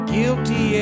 Guilty